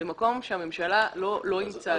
במקום שהממשלה לא אימצה את זה.